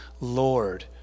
Lord